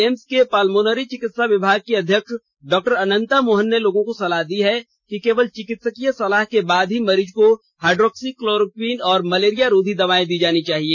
AIIMS के pulmonary चिकित्साग विभाग के अध्यक्ष डॉ अनन्ता मोहन ने लोगों को सलाह दी है कि केवल चिकित्स्क की सलाह के बाद ही मरीज को हाइड्रोक्सीह क्लोरोक्वीन और मलेरिया रोधी दवाएं दी जानी चाहिए